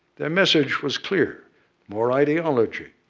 their message was clear more ideology,